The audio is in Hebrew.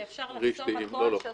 כי אפשר לחסום --- רשתיים.